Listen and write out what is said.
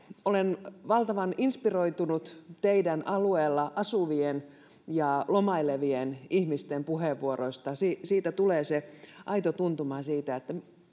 olen valtavan inspiroitunut teidän alueella asuvien ja lomailevien ihmisten puheenvuoroista siitä siitä tulee se aito tuntuma siitä että